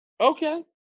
Okay